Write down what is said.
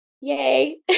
Yay